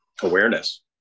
awareness